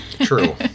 True